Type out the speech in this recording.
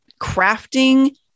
crafting